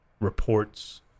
reports